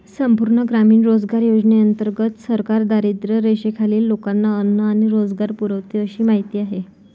संपूर्ण ग्रामीण रोजगार योजनेंतर्गत सरकार दारिद्र्यरेषेखालील लोकांना अन्न आणि रोजगार पुरवते अशी माहिती आहे